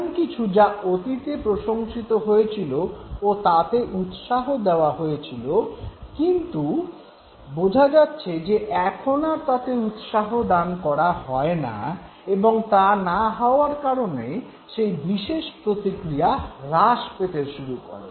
এমন কিছু যা অতীতে প্রশংসিত হয়েছিল ও তাতে উৎসাহ দেওয়া হয়েছিল কিন্তু বোঝা যাচ্ছে যে এখন আর তাতে উৎসাহদান করা হয়না এবং তা না হওয়ার কারণে সেই বিশেষ প্রতিক্রিয়া হ্রাস পেতে শুরু করে